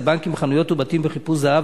על בנקים, חנויות ובתים בחיפוש זהב.